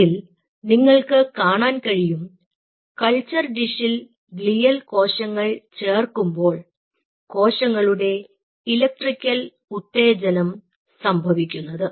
അതിൽ നിങ്ങൾക്ക് കാണാൻ കഴിയും കൾച്ചർ ഡിഷിൽ ഗ്ലിയൽ കോശങ്ങൾ ചേർക്കുമ്പോൾ കോശങ്ങളുടെ ഇലക്ട്രിക്കൽ ഉത്തേജനം സംഭവിക്കുന്നത്